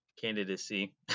candidacy